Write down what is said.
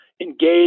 engage